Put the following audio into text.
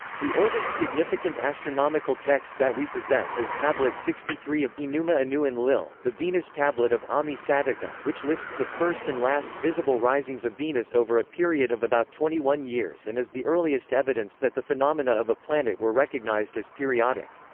the oldest significant astronomical text that we possess is tablet sixty three of enuma anu enlil, the venus tablet of ammi-saduqa, which lists the first and last visible risings of venus over a period of about twenty one years and is the earliest evidence that the phenomena of a planet were recognized as periodic.